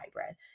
hybrid